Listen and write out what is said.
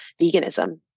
veganism